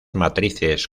matrices